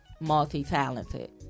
multi-talented